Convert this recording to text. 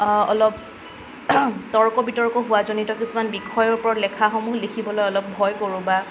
অলপ তৰ্ক বিতৰ্ক হোৱাজনিত কিছুমান বিষয়ৰ ওপৰত লেখাসমূহ লিখিবলৈ অলপ ভয় কৰোঁ বা